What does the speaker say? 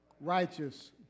righteous